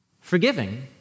forgiving